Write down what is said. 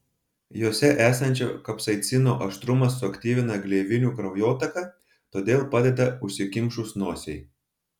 jose esančio kapsaicino aštrumas suaktyvina gleivinių kraujotaką todėl padeda užsikimšus nosiai